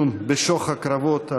בשוך הקרבות,